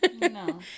No